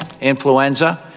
influenza